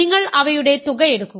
നിങ്ങൾ അവയുടെ തുക എടുക്കുക